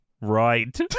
Right